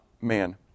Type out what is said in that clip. man